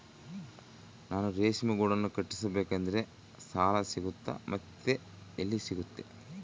ನಾನು ರೇಷ್ಮೆ ಗೂಡನ್ನು ಕಟ್ಟಿಸ್ಬೇಕಂದ್ರೆ ಸಾಲ ಸಿಗುತ್ತಾ ಮತ್ತೆ ಎಲ್ಲಿ ಸಿಗುತ್ತೆ?